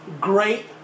great